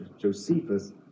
Josephus